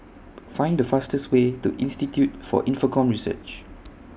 Find The fastest Way to Institute For Infocomm Research